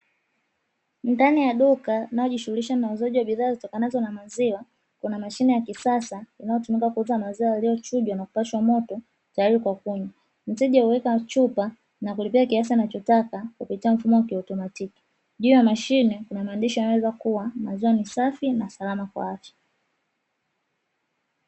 Ndani ya duka linalojishughulisha na uuzaji wa bidhaa zitokanazo na maziwa, kuna mashine ya kisasa inayotumika kuuza maziwa yaliyochujwa na kupashwa moto tayari kwa kunywa. Mteja huweka chupa na kulipia kiasi anachotaka kupitia mfumo wa kiautomatiki. Juu ya mashine kuna maandishi yanayoeleza kuwa maziwa ni safi na salama kwa afya.